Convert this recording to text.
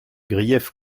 griefs